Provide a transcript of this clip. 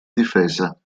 difesa